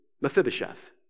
Mephibosheth